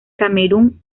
camerún